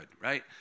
right